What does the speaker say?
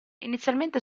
inizialmente